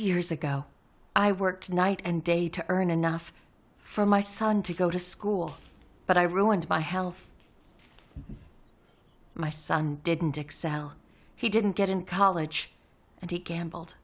years ago i worked night and day to earn enough for my son to go to school but i ruined my health my son didn't excel he didn't get in college and he gambled